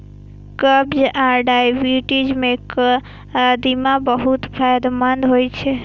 कब्ज आ डायबिटीज मे कदीमा बहुत फायदेमंद होइ छै